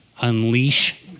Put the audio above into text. unleash